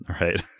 right